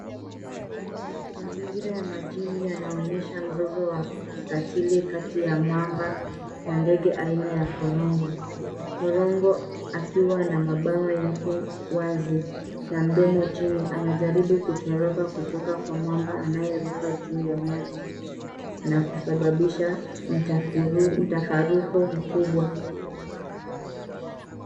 Mazingira ya majini yanaonyesha mzozo wa kikatili kati ya mamba na ndege aina ya korongo. Korongo akiwa na mabawa yake wazi na mdomo wake chini, anajaribu kutoroka kutoka kwa mamba anayeruka juu ya maji na kusababisha mtafaruko mkubwa.